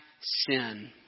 sin